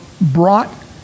brought